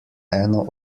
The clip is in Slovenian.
eno